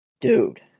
Dude